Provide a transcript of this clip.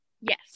Yes